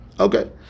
Okay